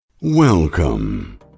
Welcome